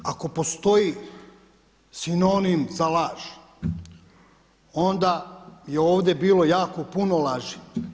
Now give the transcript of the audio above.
Ako postoji sinonim za laž, onda je ovdje bilo jako puno laži.